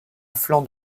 flanc